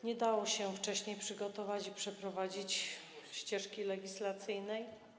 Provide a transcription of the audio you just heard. Nie dało się wcześniej przygotować i przeprowadzić ścieżki legislacyjnej.